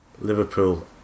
Liverpool